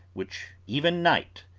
which even night,